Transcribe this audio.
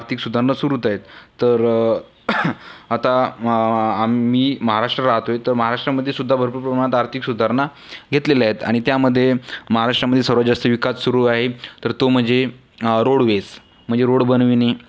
आर्थिक सुधारणा सुरूच आहेत तर आता मी महाराष्ट्रात राहतोय तर महाराष्ट्रामध्ये सुद्धा भरपूर प्रमाणात आर्थिक सुधारणा घेतलेल्या आहेत आणि त्यामध्ये महाराष्ट्रामध्ये सर्वात जास्त विकास सुरू आहे तर तो म्हणजे रोडवेज म्हणजे रोड बनविणे